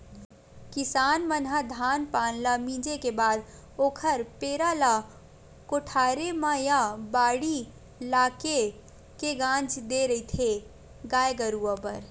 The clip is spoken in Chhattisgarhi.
किसान मन ह धान पान ल मिंजे के बाद ओखर पेरा ल कोठारे म या बाड़ी लाके के गांज देय रहिथे गाय गरुवा बर